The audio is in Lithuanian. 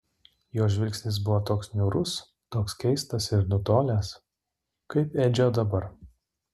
jo žvilgsnis buvo toks niūrus toks keistas ir nutolęs kaip edžio dabar